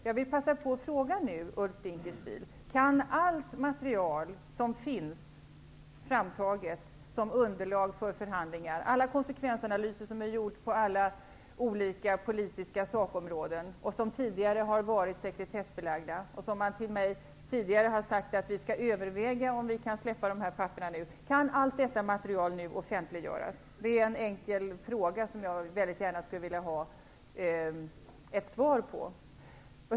Jag vill passa på att fråga nu, Ulf Dinkelspiel: Kan allt material som tagits fram som underlag för förhandlingar -- alla konsekvensanalyser gjorda på olika politiska sakområden, analyser som tidigare har varit sekretessbelagda och där man till mig tidigare har sagt att man skall överväga om de papperen kan släppas -- nu offentliggöras? Det är en enkel fråga som jag väldigt gärna skulle vilja ha ett svar på.